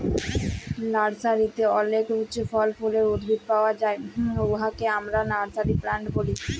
লার্সারিতে অলেক ফল ফুলের উদ্ভিদ পাউয়া যায় উয়াকে আমরা লার্সারি প্লান্ট ব্যলি